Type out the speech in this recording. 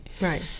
Right